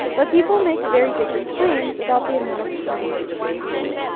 but people make very different claims about the amount of time it should be.